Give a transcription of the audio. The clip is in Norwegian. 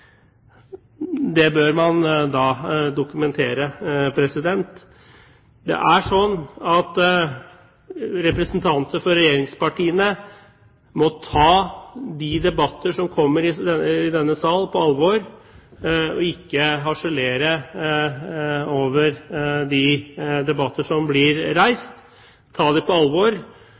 bokføring, bør man da dokumentere det. Representanter for regjeringspartiene må ta de debatter som kommer i denne salen, på alvor og ikke harselere over de debatter som blir reist. De må ta det på alvor,